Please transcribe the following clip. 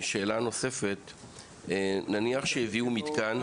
צריך להבין שהתקן מעודכן